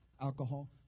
alcohol